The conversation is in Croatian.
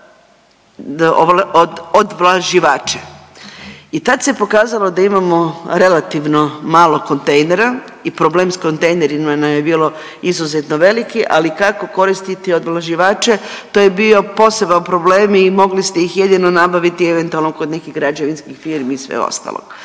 odvlaživače i tad se pokazalo da imamo relativno malo kontejnera i problem s kontejnerima nam je bilo izuzetno veliki, ali i kako koristiti odvlaživače, to je bio poseban problem i mogli ste ih jedino nabaviti eventualno kod nekih građevinskih firmi i sve ostalo